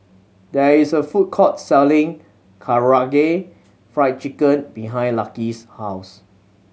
there is a food court selling Karaage Fried Chicken behind Lucky's house